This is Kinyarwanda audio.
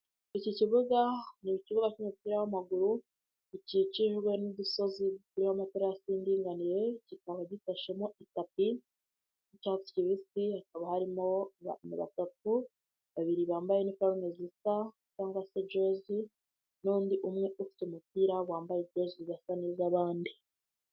iki kibuga ni ikibuga cy'umupira w'amaguru, gikikijwe n'udusozi turiho amaterasi y'indiganire. Kikaba gifashemo itapi y'icyatsi kibisi, hakaba harimo abantu batutu, babiri bambaye iniforume zisa cyangwa se jezi, n'undi umwe ufite umupira wambaye jezi zidasa nizabandi.